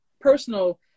personal